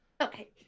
Okay